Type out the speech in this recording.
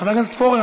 חבר הכנסת פורר,